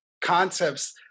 concepts